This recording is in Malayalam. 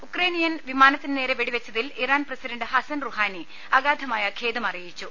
ഉക്രൈനിയൻ വിമാനത്തിനുനേരെ വെടിവെച്ചതിൽ ഇറാൻ പ്രസിഡണ്ട് ഹസൻ റുഹാനി അഗാധമായ ഖേദം അറിയിച്ചു